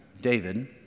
David